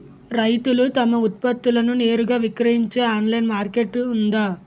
రైతులు తమ ఉత్పత్తులను నేరుగా విక్రయించే ఆన్లైన్ మార్కెట్ ఉందా?